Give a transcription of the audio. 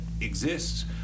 exists